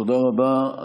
תודה רבה.